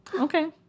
Okay